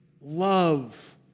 Love